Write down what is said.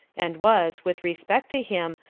and was, with respect to him,